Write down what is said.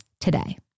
today